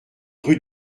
rue